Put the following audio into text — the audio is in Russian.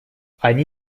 они